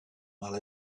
while